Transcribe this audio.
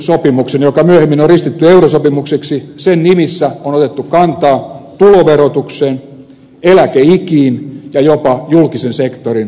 kilpailukykysopimuksen joka myöhemmin on ristitty eurosopimukseksi nimissä on otettu kantaa tuloverotukseen eläkeikiin ja jopa julkisen sektorin palkkaukseen